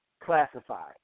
classified